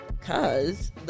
Cause